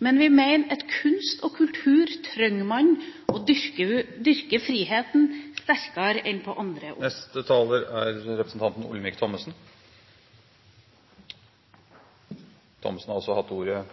Men vi mener at man innen kunst og kultur trenger å dyrke friheten sterkere enn på andre områder. Representanten Olemic Thommessen har hatt ordet